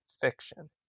fiction